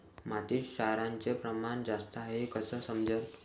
मातीत क्षाराचं प्रमान जास्त हाये हे कस समजन?